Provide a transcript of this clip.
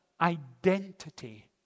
identity